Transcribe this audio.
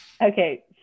Okay